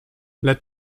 let